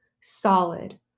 solid